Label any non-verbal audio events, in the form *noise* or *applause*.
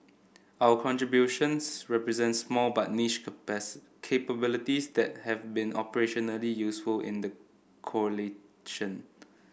our contributions represent small but niche *unintelligible* capabilities that have been operationally useful in the coalition